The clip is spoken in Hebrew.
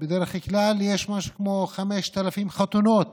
בדרך כלל יש משהו כמו 5,000 חתונות